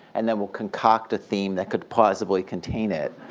and then we'll concoct a theme that could possibly contain it.